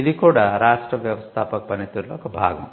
ఇది కూడా రాష్ట్ర వ్యవస్థాపక పనితీరులో ఒక భాగం